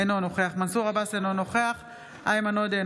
אינו נוכח מנסור עבאס אינו נוכח איימן עודה,